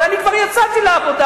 אבל אני כבר יצאתי לעבודה.